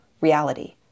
reality